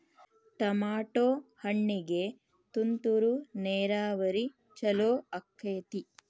Tomato ಹಣ್ಣಿಗೆ ತುಂತುರು ನೇರಾವರಿ ಛಲೋ ಆಕ್ಕೆತಿ?